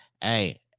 Hey